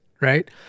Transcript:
right